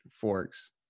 forks